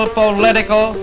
political